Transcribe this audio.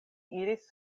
iris